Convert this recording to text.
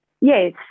Yes